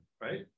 right